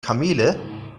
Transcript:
kamele